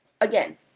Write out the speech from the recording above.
again